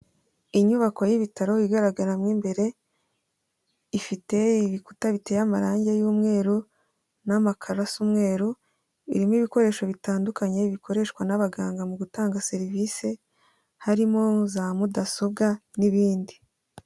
Inyubako y'ibitaro igaragara mo imbere, ifite ibikuta biteye amarangi y'umweru n'amakaro asa umweru, irimo ibikoresho bitandukanye, bikoreshwa n'abaganga mu gutanga serivise, harimo za mudasobwa n'ibindi.